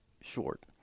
short